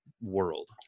world